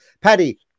Paddy